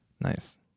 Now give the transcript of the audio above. Nice